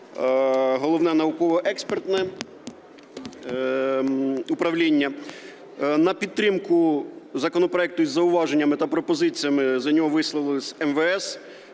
Головне науково-експертне управління. На підтримку законопроекту із зауваженнями та пропозиціями за нього висловились МВС,